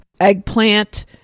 eggplant